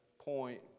point